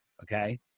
Okay